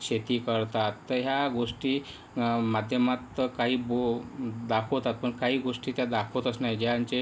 शेती करतात तर ह्या गोष्टी माध्यमात काही गो दाखवतात पण काही गोष्टी त्या दाखवतच नाही ज्यांचे